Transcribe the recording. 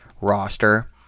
roster